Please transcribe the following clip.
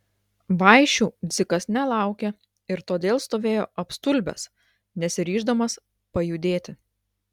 vaišių dzikas nelaukė ir todėl stovėjo apstulbęs nesiryždamas pajudėti